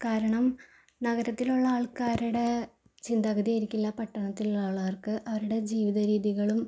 കാരണം നഗരത്തിലുള്ള ആൾക്കാരുടെ ചിന്താഗതി ആയിരിക്കില്ല പട്ടണത്തിലുള്ള ആൾക്കാർക്ക് അവരുടെ ജീവിത രീതികളും